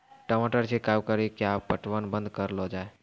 टमाटर छिड़काव कड़ी क्या पटवन बंद करऽ लो जाए?